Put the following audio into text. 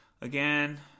Again